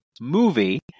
movie